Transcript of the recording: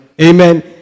amen